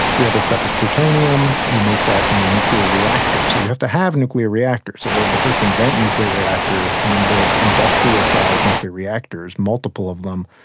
the other stuff is plutonium, you make that in a nuclear reactor. so you have to have nuclear reactors so they had to first invent nuclear reactors and then build industrial sized nuclear reactors, multiple of them,